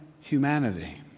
humanity